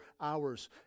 hours